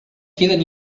queden